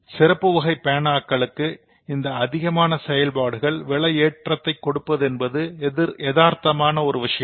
சிறப்பு வகை பேனாக்களுக்கு இந்த அதிகமான செயல்பாடுகள் விலை ஏற்றத்தை கொடுப்பதென்பது எதார்த்தமான விஷயம்